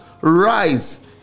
rise